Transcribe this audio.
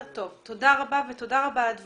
תודה רבה ותודה רבה על הדברים.